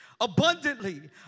abundantly